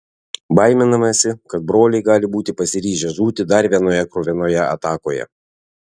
baiminamasi kad broliai gali būti pasiryžę žūti dar vienoje kruvinoje atakoje